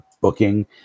booking